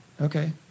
Okay